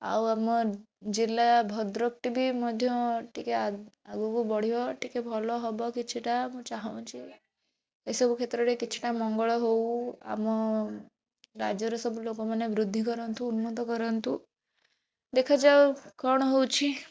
ଆଉ ଆମ ଜିଲ୍ଲା ଭଦ୍ରକ ଟି ବି ମଧ୍ୟ ଟିକେ ଆଗକୁ ବଢ଼ିବ ଟିକେ ଭଲ ହବ କିଛି ଟା ମୁଁ ଚାହୁଁଛି ଏସବୁ କ୍ଷେତ୍ରରେ କିଛି ଟା ମଙ୍ଗଳ ହଉ ଆମ ରାଜ୍ୟର ସବୁ ଲୋକମାନେ ବୃଦ୍ଧି କରନ୍ତୁ ଉନ୍ନତ କରନ୍ତୁ ଦେଖାଯାଉ କ'ଣ ହେଉଛି